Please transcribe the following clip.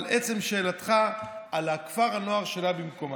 אבל עצם שאלתך על כפר הנוער, השאלה במקומה.